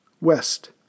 west